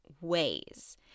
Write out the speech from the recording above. ways